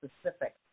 specific